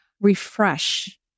refresh